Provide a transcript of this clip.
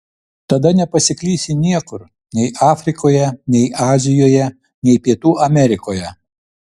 tada nepasiklysi niekur nei afrikoje nei azijoje nei pietų amerikoje